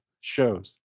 shows